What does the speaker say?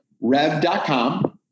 rev.com